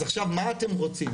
אז עכשיו מה אתם רוצים?